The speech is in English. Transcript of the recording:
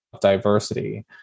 diversity